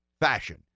fashion